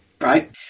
right